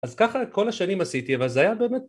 ‫אז ככה כל השנים עשיתי, ‫אבל זה היה באמת...